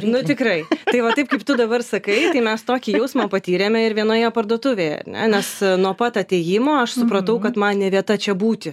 nu tikrai tai va taip kaip tu dabar sakai tai mes tokį jausmą patyrėme ir vienoje parduotuvėje ar ne nes nuo pat atėjimo aš supratau kad man ne vieta čia būti